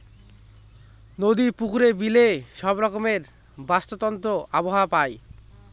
নদী, পুকুরে, বিলে সব রকমের বাস্তুতন্ত্র আবহাওয়া পায়